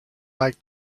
like